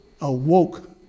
awoke